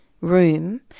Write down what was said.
room